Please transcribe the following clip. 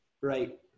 right